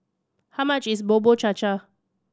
how much is Bubur Cha Cha